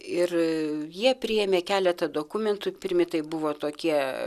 ir jie priėmė keletą dokumentų pirmi tai buvo tokie